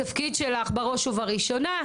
התפקיד שלך בראש ובראשונה,